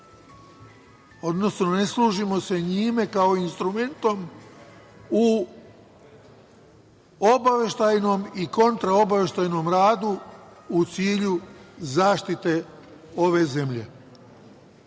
odnosno ne služimo se njime kao instrumentom u obaveštajnom i kontraobaveštajnom radu, u cilju zaštite ove zemlje,